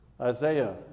Isaiah